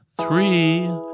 three